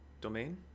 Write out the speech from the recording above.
domain